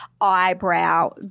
eyebrow